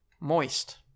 Moist